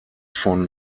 von